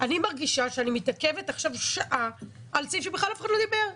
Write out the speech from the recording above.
אני מרגישה שאני מתעכבת עכשיו שעה על סעיף שבכלל אף אחד לא דיבר עליו.